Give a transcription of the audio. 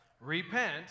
repent